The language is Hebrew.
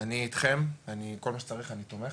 אני אתכם, כל מה שצריך אני תומך